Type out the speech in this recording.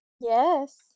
Yes